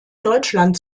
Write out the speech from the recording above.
deutschland